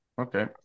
Okay